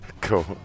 Cool